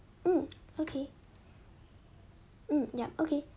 mm okay mm yup okay